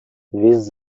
with